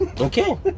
Okay